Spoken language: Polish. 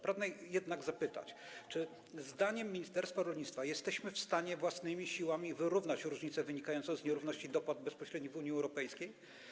Pragnę jednak zapytać, czy zdaniem ministerstwa rolnictwa jesteśmy w stanie własnymi siłami wyrównać różnicę wynikającą z nierówności dopłat bezpośrednich w Unii Europejskiej.